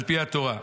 "על פי התורה.